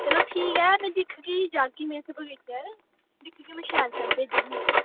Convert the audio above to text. चलो ठीक ऐ में दिक्खगी में जागी तुसें गी लेइयै दिक्खगी में शैल शैल भेजगी